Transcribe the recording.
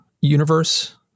universe